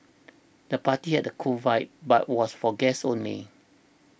the party had a cool vibe but was for guests only